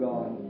God